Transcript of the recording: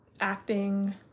acting